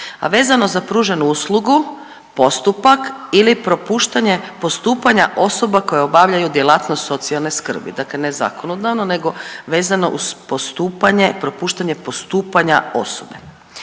a vezano za pruženu uslugu, postupak ili propuštanje postupanja osoba koje obavljaju djelatnost socijalne skrbi. Dakle, ne zakonodavno nego vezano uz postupanje, propuštanje postupanja osobe.